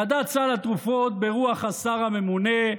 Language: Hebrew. ועדת סל התרופות, ברוח השר הממונה,